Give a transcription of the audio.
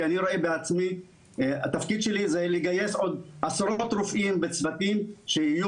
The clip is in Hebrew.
כי אני רואה בתפקיד שלי לגייס עוד עשרות רופאים וצוותים שיהיו